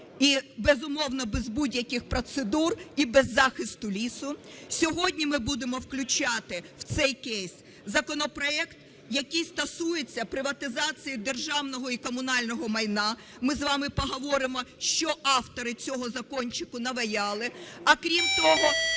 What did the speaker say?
і, безумовно, без будь-яких процедур і без захисту лісу. Сьогодні ми будемо включати в цей кейс законопроект, який стосується приватизації державного і комунального майна. Ми з вами поговоримо, що автори цього закончику наваяли. А, крім того,